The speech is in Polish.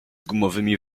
gumowymi